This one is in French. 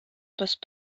passent